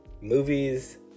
movies